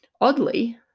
Oddly